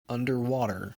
underwater